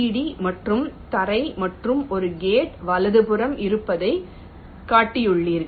D மற்றும் தரை மற்றும் ஒரு கேட் வலதுபுறம் இருப்பதைக் காட்டியுள்ளீர்கள்